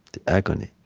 the agony.